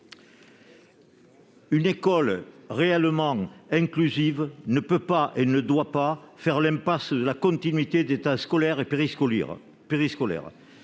Une école réellement inclusive ne peut pas et ne doit pas faire l'impasse sur la continuité des temps scolaires et périscolaires.